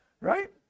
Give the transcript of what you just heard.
right